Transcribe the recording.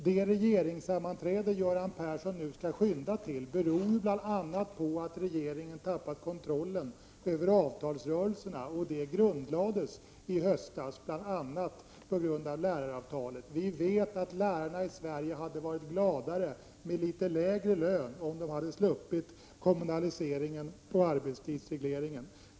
Det regeringssammanträde som Göran Persson nu skall skynda till beror bl.a. på att regeringen tappat kontrollen över avtalsrörelserna, och den utvecklingen grundlades i höstas bl.a. genom läraravtalet. Vi vet att lärarna i Sverige hade varit glada över litet lägre lön om de hade sluppit kommunaliseringen och arbetstidsregleringen.